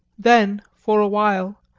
then, for a while,